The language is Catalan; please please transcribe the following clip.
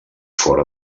fora